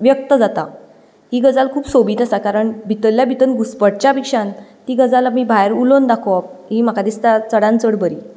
व्यक्त जाता ही गजाल खूब सोबीत आसा कारण भितरल्या भितर घुसपटच्या पेक्षांत ती गजाल आमी भायर उलोवन दाखोवप ही म्हाका दिसता चडांत चड बरी